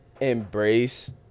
embrace